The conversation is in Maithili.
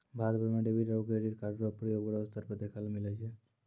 भारत भर म डेबिट आरू क्रेडिट कार्डो र प्रयोग बड़ो स्तर पर देखय ल मिलै छै